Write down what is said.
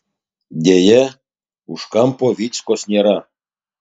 deja už kampo vyckos nėra